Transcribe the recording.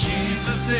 Jesus